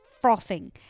frothing